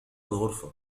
الغرفة